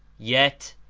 yet,